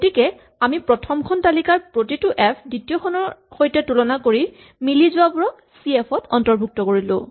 গতিকে আমি প্ৰথমখন তালিকাৰ প্ৰতিটো এফ দ্বিতীয়খনৰ সৈতে তুলনা কৰি মিলি যোৱাবোৰক চি এফ ত অৰ্ন্তভুক্ত কৰিলো